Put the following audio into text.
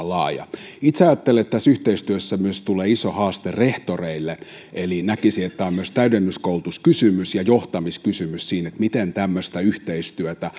laaja itse ajattelen että tässä yhteystyössä tulee iso haaste myös rehtoreille eli näkisin että on myös täydennyskoulutuskysymys ja johtamiskysymys siinä miten tämmöistä yhteistyötä